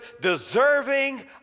deserving